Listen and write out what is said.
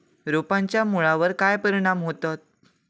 रोपांच्या मुळावर काय परिणाम होतत?